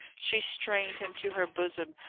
she strained him to her bosom,